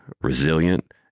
resilient